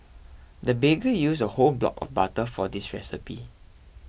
the baker used a whole block of butter for this recipe